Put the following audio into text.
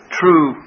true